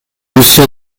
lucien